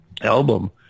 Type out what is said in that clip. album